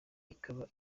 ikaba